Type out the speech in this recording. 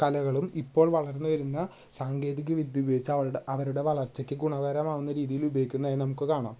കലകളും ഇപ്പോൾ വളർന്നു വരുന്ന സാങ്കേതികവിദ്യ ഉപയോഗിച്ച് അവരുടെ അവരുടെ വളർച്ചക്ക് ഗുണകരമാകുന്ന രീതിയിലുപയോഗിക്കുന്നതായി നമുക്ക് കാണാം